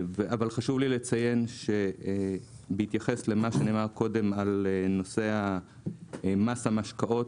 אבל חשוב לי לציין בהתייחס למה שנאמר קודם על נושא מס המשקאות,